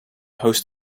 host